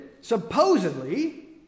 Supposedly